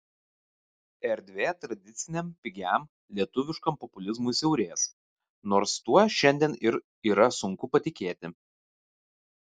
erdvė tradiciniam pigiam lietuviškam populizmui siaurės nors tuo šiandien ir yra sunku patikėti